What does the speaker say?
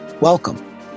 Welcome